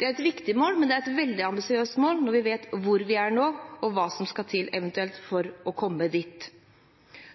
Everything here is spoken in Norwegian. Det er et viktig mål, men det er et veldig ambisiøst mål når vi vet hvor vi er nå, og hva som eventuelt skal til for å komme dit.